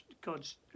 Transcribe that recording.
God's